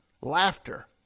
laughter